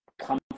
come